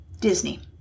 Disney